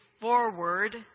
forward